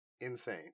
Insane